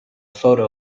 photo